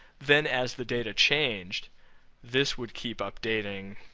then as the data changed this would keep updating